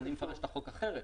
אני מפרש את החוק אחרת,